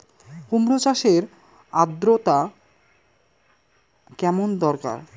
কুমড়ো চাষের আর্দ্রতা কেমন দরকার?